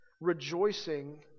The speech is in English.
Rejoicing